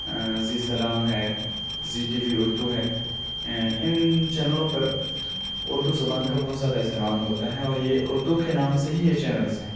زی سلام ہے Zee T V Urdu ہے ان چینلوں پر اردو زبان کا بہت زیادہ استعمال ہوتا ہے اور یہ اردو کے نام سے ہی یہ چینلس ہیں